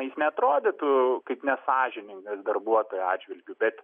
jis neatrodytų kaip nesąžiningas darbuotojo atžvilgiu bet